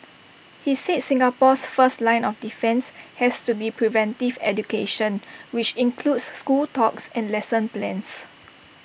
he said Singapore's first line of defence has to be preventive education which includes school talks and lesson plans